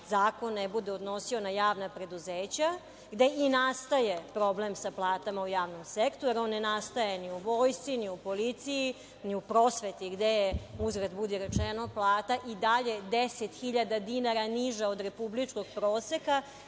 zakon ne bude odnosi na javna preduzeća, gde i nastaje problem sa platama u javnom sektoru. On ne nastaje ni u vojsci, ni u policiji, ni u prosveti gde je, uzgred budi rečeno, plata i dalje 10.000 dinara niža od republičkog proseka,